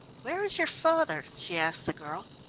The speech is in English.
where is your father? she asked the girl.